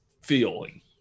feeling